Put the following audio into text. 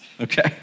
Okay